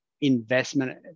investment